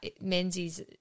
Menzies